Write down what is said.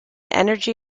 energy